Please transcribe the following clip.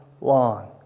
long